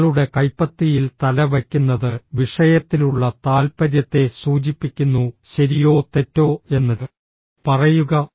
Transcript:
നിങ്ങളുടെ കൈപ്പത്തിയിൽ തല വയ്ക്കുന്നത് വിഷയത്തിലുള്ള താൽപ്പര്യത്തെ സൂചിപ്പിക്കുന്നു ശരിയോ തെറ്റോ എന്ന് പറയുക